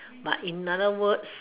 but in other words